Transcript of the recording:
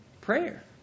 prayer